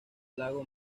lago